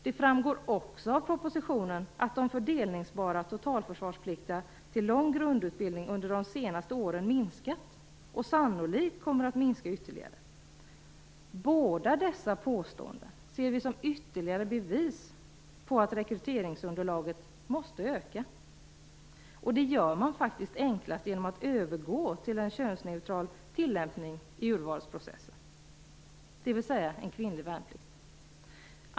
Det framgår också av propositionen att de fördelningsbara totalförsvarspliktiga till lång grundutbildning under de senaste åren minskat och sannolikt kommer att minska ytterligare. Båda dessa påståenden ser vi som ytterligare bevis på att rekryteringsunderlaget måste öka. Det gör man faktiskt enklast genom att övergå till en könsneutral tillämpning i urvalsprocessen, dvs. en kvinnlig värnplikt.